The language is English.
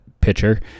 pitcher